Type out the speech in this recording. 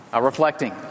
reflecting